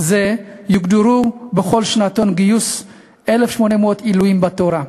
זה יוגדרו בכל שנתון גיוס 1,800 עילויים בתורה.